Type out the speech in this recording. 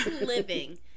living